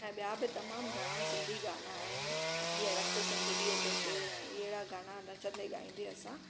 ऐं ॿिया बि तमामु घणा सिंधी गाना आहिनि जीअं रखु संदुलीअ ते पेर ऐं अहिड़ा गाना नचंदे ॻाईंदे असां